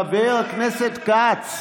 חבר הכנסת כץ.